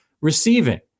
receiving